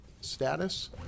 status